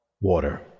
water